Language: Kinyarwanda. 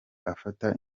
afata